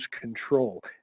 control